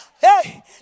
hey